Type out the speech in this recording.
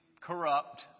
corrupt